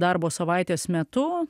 darbo savaitės metu